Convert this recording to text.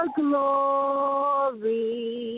glory